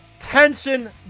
tension